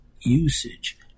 usage